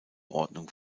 ordnung